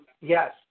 yes